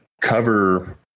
cover